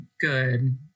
good